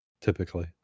typically